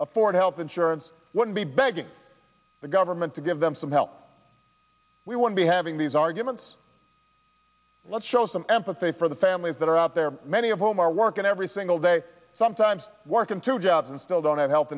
afford health insurance would be begging the government to give them some help we won't be having these arguments let's show some empathy for the families that are out there many of whom are working every single day sometimes working two jobs and still don't have health